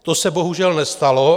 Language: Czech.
To se bohužel nestalo.